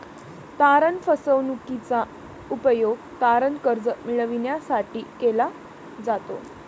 तारण फसवणूकीचा उपयोग तारण कर्ज मिळविण्यासाठी केला जातो